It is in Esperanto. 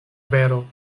vero